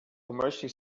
commercially